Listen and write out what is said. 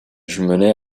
jumelée